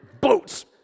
boats